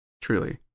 truly